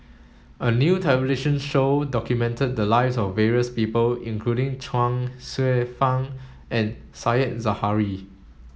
a new television show documented the lives of various people including Chuang Hsueh Fang and Said Zahari